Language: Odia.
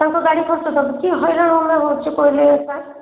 ତାଙ୍କ ଗାଡ଼ି ଖର୍ଚ୍ଚ ଦେବୁ କି ହଇରାଣ ଆମେ ହେଉଛୁ କହିଲେ ଏକା